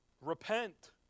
Repent